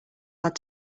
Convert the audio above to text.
had